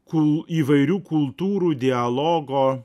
kūl įvairių kultūrų dialogo